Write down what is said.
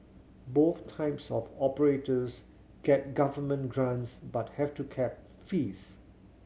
both types of operators get government grants but have to cap fees